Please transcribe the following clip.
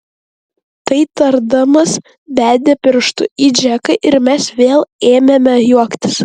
tai tardamas bedė pirštu į džeką ir mes vėl ėmėme juoktis